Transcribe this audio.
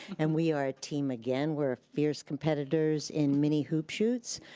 and we are a team again, we're fierce competitors in many hoop shoots,